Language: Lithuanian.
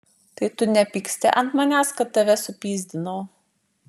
tai tu nepyksti ant manęs kad tave supyzdinau